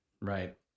right